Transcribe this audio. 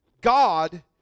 God